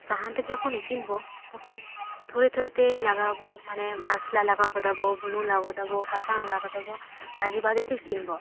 ᱥᱟᱦᱟᱛᱮ ᱡᱚᱠᱷᱚᱱ ᱤᱥᱤᱱᱟᱵᱚ ᱛᱚᱠᱷᱚᱱ ᱛᱷᱚᱨᱮ ᱛᱷᱚᱨᱮ ᱛᱮ ᱞᱟᱜᱟᱣ ᱟᱵᱚ ᱢᱟᱱᱮ ᱢᱟᱥᱞᱟ ᱞᱟᱜᱟᱣ ᱠᱮᱫᱟ ᱵᱚ ᱵᱩᱞᱩᱝ ᱞᱟᱦᱟᱣ ᱠᱮᱫᱟ ᱵᱚ ᱥᱟᱥᱟᱝ ᱞᱟᱜᱟᱣ ᱠᱮᱫᱟ ᱵᱚ ᱵᱷᱟᱹᱡᱤ ᱵᱷᱟᱹᱛᱮ ᱤᱥᱤᱱᱟᱵᱚ